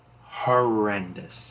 horrendous